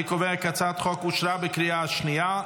אני קובע כי הצעת החוק אושרה בקריאה השנייה.